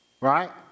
right